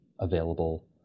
available